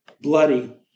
bloody